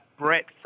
breadth